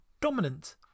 dominant